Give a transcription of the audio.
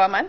हवामान्